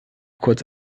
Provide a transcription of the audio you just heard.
kurz